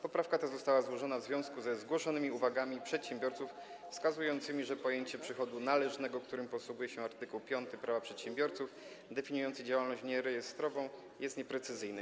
Poprawka ta została złożona w związku ze zgłoszonymi uwagami przedsiębiorców wskazującymi, że pojęcie przychodu należnego, którym posługuje się art. 5 Prawa przedsiębiorców definiujący działalność nierejestrową, jest nieprecyzyjny.